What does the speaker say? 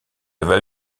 avais